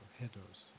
headers